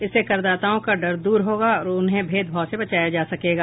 इससे करदाताओं का डर दूर होगा और उन्हें भेदभाव से बचाया जा सकेगा